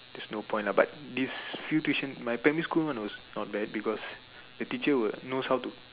there's no point lah but this few tuition my primary school one was not bad because the teacher will knows how to